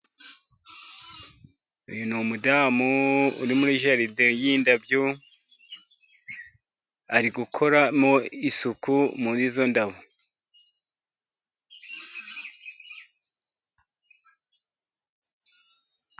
Uyu ni umudamu uri muri jaride y'indabyo, ari gukoramo isuku muri izo ndabo.